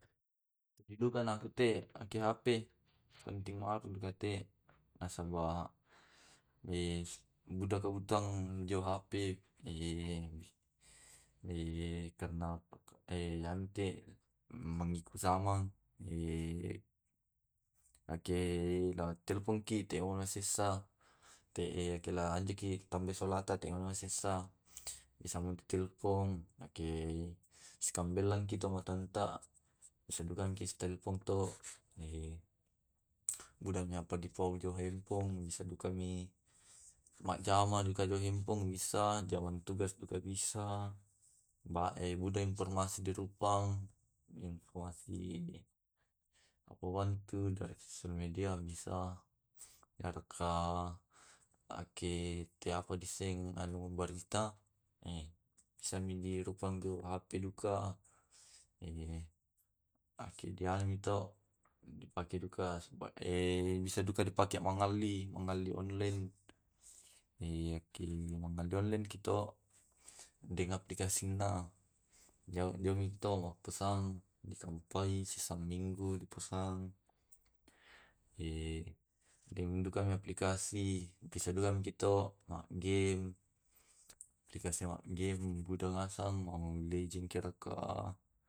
Sujuduka na ku te ake hp, hp na ku te, nasaba eh budaka utang jo hp karna anu te mangiku zaman aki na telfonki teai na sessa, te kela anjoki tambai solata, teai na sessa, bisa mattelfon. Nake sikambellaki tomatoanta, sisidukaki si ttelfon to. gudangi apa di pau njoe henpong. Bisa dukami, majjama duka hendpon bisa jamantugas juga bisa, ma eh muda informasi di rupang. Di informasi dipauang tu, dari sosial media bisa iyaraka ake teapo di seng atu barita. Bisa mi ji rupang tu hp duka ake diami ito dipake duka sipa. Bisa duka di pake mangalli, mangalli onlen. yakke mangelli onlen ki to deng aplikasina jao jao mito mapesang dikampai susa minggu pesang, dengduka aplikasi, bisaduka maki to ma gem, aplikasi ma gem muda ngasang, mobile lejen ke raka.